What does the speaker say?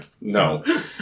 No